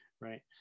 right